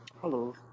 Hello